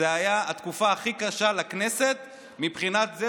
זו הייתה התקופה הכי קשה לכנסת מבחינה זו